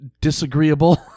Disagreeable